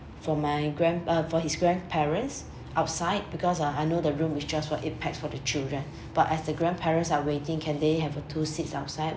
for my grand~ uh for his grandparents outside because uh I know the room is just for eight pax for the children but as the grandparents are waiting can they have uh two seats outside